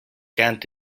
kent